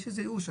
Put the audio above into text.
יש איזה ייאוש.